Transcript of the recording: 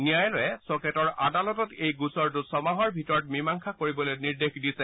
ন্যায়ালয়ে চকেটৰ আদালতত এই গোচৰটো ছমাহৰ ভিতৰত মীমাংসা কৰিবলৈ নিৰ্দেশ দিছে